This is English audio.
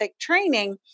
training